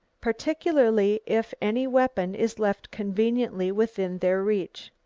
particularly if any weapon is left conveniently within their reach.